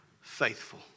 faithful